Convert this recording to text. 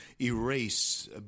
erase